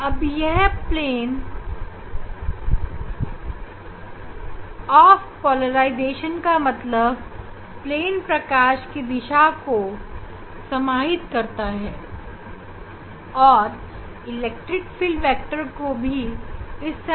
अब यह पॉलिजाइजेशन के प्लेन वह प्लेन है जिसमें प्रकाश की गति की दिशा और इलेक्ट्रिक फ़ील्ड वेक्टर दोनों शामिल हैं